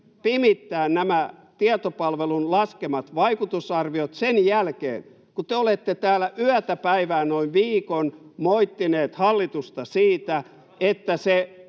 pimittää nämä tietopalvelun laskemat vaikutusarviot sen jälkeen, kun te olette täällä yötä päivää noin viikon moittineet hallitusta siitä, että se